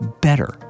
better